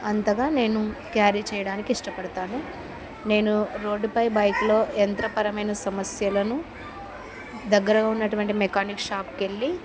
అంతగా నేను క్యారీ చెయ్యడానికి ఇష్టపడతాను నేను రోడ్డుపై బైక్లో యంత్ర పరమైన సమస్యలను దగ్గరగా ఉన్నటువంటి మెకానిక్ షాప్కి వెళ్ళి